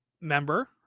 member